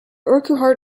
urquhart